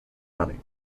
money